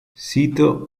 sitio